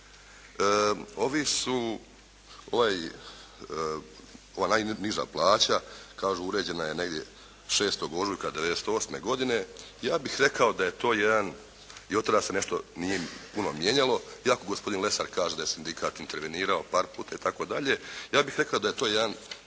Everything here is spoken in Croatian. ovaj, ova najniža plaća kažu uređena je negdje 6. ožujka 1998. godine. Ja bih rekao da je to jedan, i od tada se nešto nije puno mijenjalo iako gospodin Lesar kaže da je Sindikat intervenirao par puta i tako dalje, ja bih rekao da je to jedan,